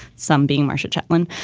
some being marcia chaplin.